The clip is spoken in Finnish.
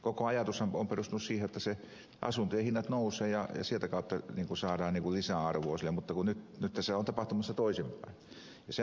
koko ajatushan on perustunut siihen jotta asuntojen hinnat nousevat ja sieltä kautta saadaan lisäarvoa mutta kun nyt on tapahtumassa toisinpäin